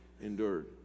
endured